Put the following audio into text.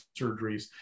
surgeries